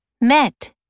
Met